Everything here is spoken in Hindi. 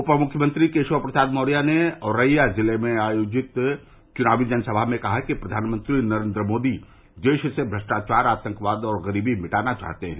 उपमुख्यमंत्री केशव प्रसाद मौर्या ने औरैया जिले में आयोजित चुनावी जनसभा में कहा कि प्रधानमंत्री नरेन्द्र मोदी देश से भ्रष्टाचार आतंकवाद और गरीबी मिटाना चाहते हैं